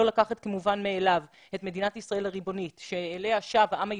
לקחת כמובן מאליו את מדינת ישראל הריבונית אליה שב העם היהודי,